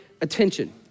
attention